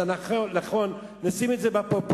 אז נשים את זה בפרופורציה.